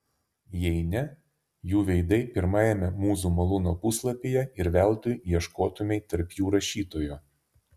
jei ne jų veidai pirmajame mūzų malūno puslapyje ir veltui ieškotumei tarp jų rašytojo